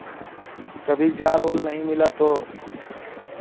कभी जाल ऊल नहीं मिला तो